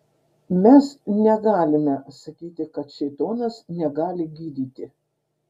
mes negalime sakyti kad šėtonas negali gydyti